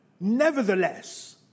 Nevertheless